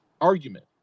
argument